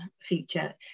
future